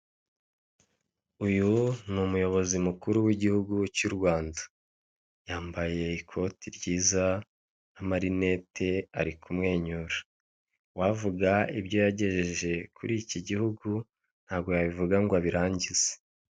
Uyu ni umuyobozi mukuru w'igihugu cy'u Rwanda yambaye ikoti ryiza, n'amarinete ari kumwenyura. Uwavuga ibyo yagejeje kuri ikigihugu ntabgo yabivuga ngo abirangize.